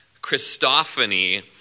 Christophany